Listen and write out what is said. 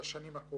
(מתחיל הצגת מצגת.